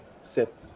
sit